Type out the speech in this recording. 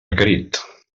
requerit